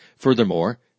Furthermore